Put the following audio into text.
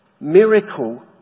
miracle